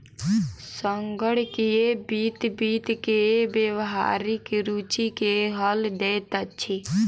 संगणकीय वित्त वित्त के व्यावहारिक रूचि के हल दैत अछि